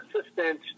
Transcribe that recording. assistant